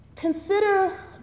Consider